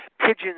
Pigeons